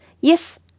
yes